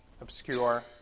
obscure